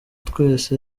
twese